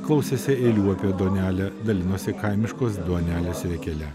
klausėsi eilių apie duonelę dalinosi kaimiškos duonelės riekele